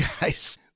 guys